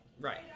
Right